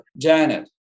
Janet